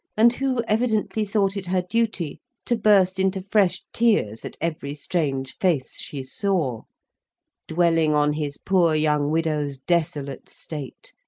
and who evidently thought it her duty to burst into fresh tears at every strange face she saw dwelling on his poor young widow's desolate state,